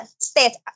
state